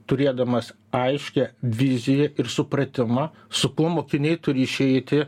turėdamas aiškią viziją ir supratimą su kuo mokiniai turi išeiti